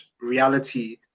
reality